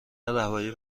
رهبری